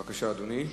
בבקשה, אדוני.